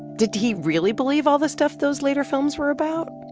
did he really believe all this stuff those later films were about?